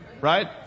right